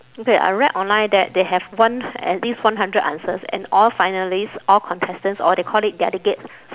okay I read online that they have one at least one hundred answers and all finalists all contestants or they call it delegate